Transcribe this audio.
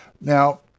Now